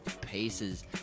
pieces